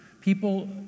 People